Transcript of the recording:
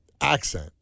accent